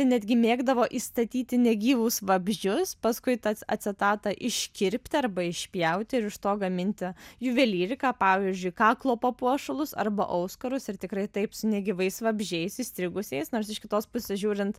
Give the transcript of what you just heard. netgi mėgdavo įstatyti negyvus vabzdžius paskui tą acetatą iškirpti arba išpjauti ir iš to gaminti juvelyriką pavyzdžiui kaklo papuošalus arba auskarus ir tikrai taip su negyvais vabzdžiais įstrigusiais nors iš kitos pusės žiūrint